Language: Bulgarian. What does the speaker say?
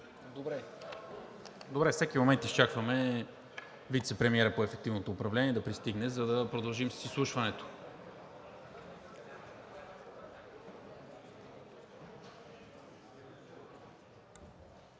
Всеки момент очакваме вицепремиерът по ефективно управление да пристигне, за да продължим с изслушването.